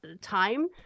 time